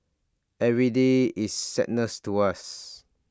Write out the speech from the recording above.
every day is sadness to us